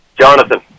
Jonathan